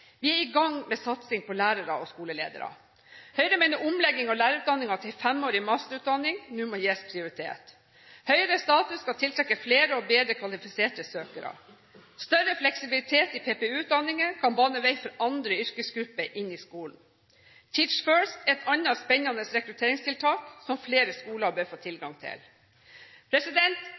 Vi er i gang med satsing på lærere og skoleledere. Høyre mener omlegging av lærerutdanningen til en femårig masterutdanning nå må gis prioritet. Høyere status skal tiltrekke flere og bedre kvalifiserte søkere. Større fleksibilitet i PPU-utdanningen kan bane vei for andre yrkesgrupper inn i skolen. Teach First er et annet spennende rekrutteringstiltak som flere skoler bør få tilgang til.